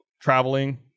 traveling